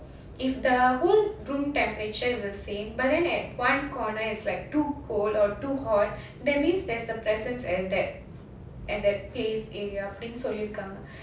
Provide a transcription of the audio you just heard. if the whole room temperature is the same but then at one corner is like too cold or too hot that means there's the presence at that at that place area அப்டினு சொல்லிருக்காங்க:apdinu sollirkaanga